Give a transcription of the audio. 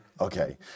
Okay